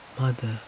Mother